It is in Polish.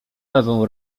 lewą